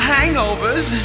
Hangovers